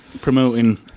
promoting